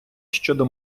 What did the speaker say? щодо